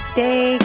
Stay